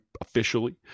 officially